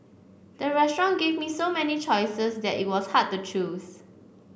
the restaurant gave me so many choices that it was hard to choose